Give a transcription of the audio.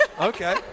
Okay